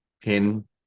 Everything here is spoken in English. pin